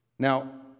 Now